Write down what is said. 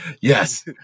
Yes